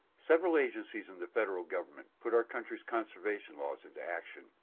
several agencies in the federal government put our country's conservation laws into action,